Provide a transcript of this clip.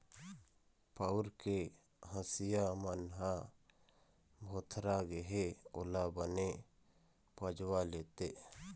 पउर के हँसिया मन ह भोथरा गे हे ओला बने पजवा लेते